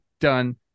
done